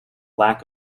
lack